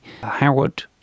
Howard